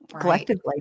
collectively